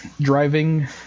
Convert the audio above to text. driving